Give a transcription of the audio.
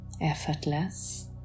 effortless